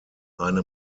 eine